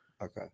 Okay